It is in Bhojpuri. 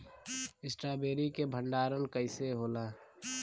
स्ट्रॉबेरी के भंडारन कइसे होला?